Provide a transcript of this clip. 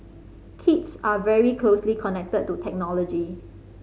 kids are very closely connected to technology